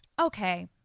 Okay